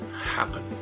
happen